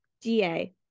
DA